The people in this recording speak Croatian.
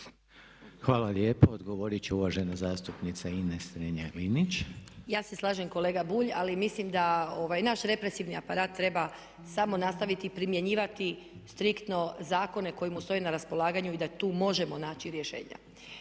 Hvala lijepa. Odgovorit će uvažena zastupnica Ines Strenja-Linić. **Strenja, Ines (MOST)** Ja se slažem kolega Bulj ali mislim da ovaj naš represivni aparat treba samo nastaviti primjenjivati striktno zakone koji mu stoje na raspolaganju i da tu možemo naći rješenja.